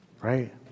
right